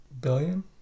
billion